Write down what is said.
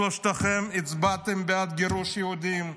שלושתם הצבעתם בעד גירוש יהודים,